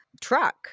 truck